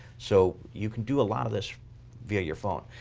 so you can do a lot of this via your phone.